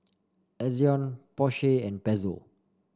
Ezion Porsche and Pezzo